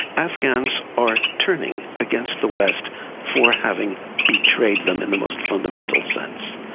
afghans are turning against the west for having betrayed them in the most fundamental sense.